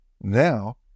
Now